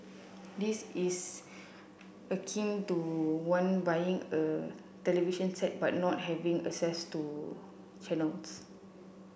this is akin to one buying a television set but not having access to channels